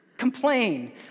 complain